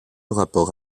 rapport